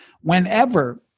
whenever